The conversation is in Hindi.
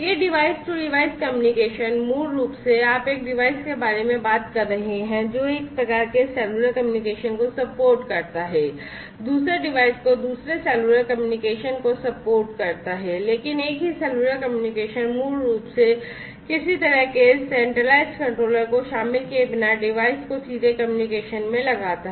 यह डिवाइस टू डिवाइस कम्युनिकेशन मूल रूप से आप एक डिवाइस के बारे में बात कर रहे हैं जो एक प्रकार के सेल्युलर कम्युनिकेशन को सपोर्ट करता है दूसरे डिवाइस को दूसरे सेल्युलर कम्युनिकेशन को सपोर्ट करता है लेकिन एक ही सेल्युलर कम्युनिकेशन मूल रूप से किसी तरह के सेंट्रलाइज्ड कंट्रोलर को शामिल किए बिना डिवाइस को सीधे कम्युनिकेशन में लगाता है